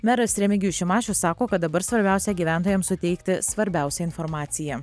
meras remigijus šimašius sako kad dabar svarbiausia gyventojams suteikti svarbiausią informaciją